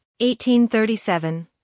1837